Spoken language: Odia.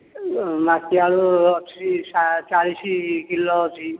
ମାଟି ଆଳୁ ଅଛି ଚାଳିଶ କିଲୋ ଅଛି